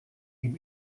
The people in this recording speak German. ihm